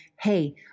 hey